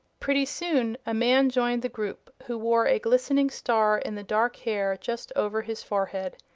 pretty soon a man joined the group who wore a glistening star in the dark hair just over his forehead.